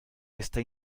está